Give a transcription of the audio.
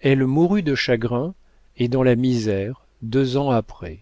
elle mourut de chagrin et dans la misère deux ans après